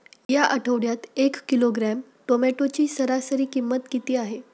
या आठवड्यात एक किलोग्रॅम टोमॅटोची सरासरी किंमत किती आहे?